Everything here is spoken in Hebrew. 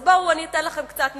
אז בואו, אני אתן לכם קצת נתונים.